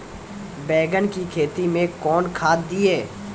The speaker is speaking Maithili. बैंगन की खेती मैं कौन खाद दिए?